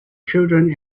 children